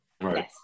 right